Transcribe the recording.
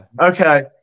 Okay